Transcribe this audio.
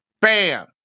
Bam